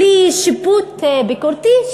בלי שיפוט ביקורתי,